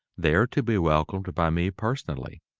there to be welcomed by me personally.